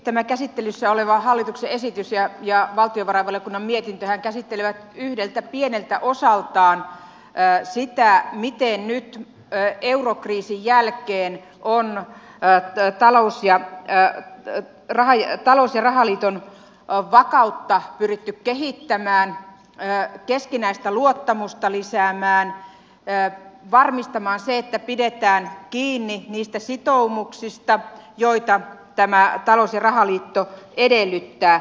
tämä käsittelyssä oleva hallituksen esitys ja valtiovarainvaliokunnan mietintöhän käsittelevät yhdeltä pieneltä osaltaan sitä miten nyt eurokriisin jälkeen on ettei talous ja raha ja talous ja rahaliiton vakautta pyritty kehittämään keskinäistä luottamusta lisäämään varmistamaan se että pidetään kiinni niistä sitoumuksista joita tämä talous ja rahaliitto edellyttää